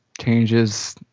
changes